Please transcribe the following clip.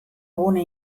gune